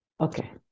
Okay